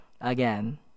again